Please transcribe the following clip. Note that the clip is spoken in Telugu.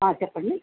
చెప్పండి